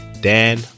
Dan